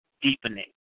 deepening